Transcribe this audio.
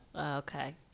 Okay